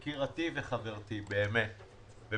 נפילה וכל דבר שקרה